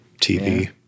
TV